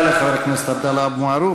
תודה לחבר הכנסת עבדאללה אבו מערוף.